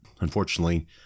unfortunately